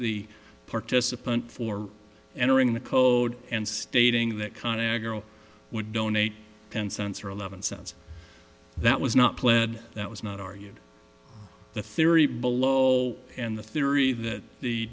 the participant for entering the code and stating that con agra would donate ten cents or eleven cents that was not pled that was not argued the theory below and the theory that the